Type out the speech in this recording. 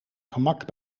gemak